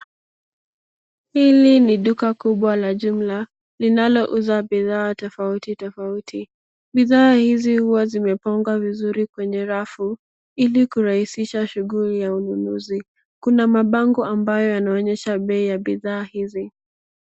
Hili ni duka kubwa la jumla, linalouza bidhaa tofauti tofauti. Bidhaa hizi huwa zimepangwa vizuri kwenye rafu, ilikurahisisha shughuli ya ununuzi. Kuna mabango ambayo yanaonyesha bei ya bidhaa hizi.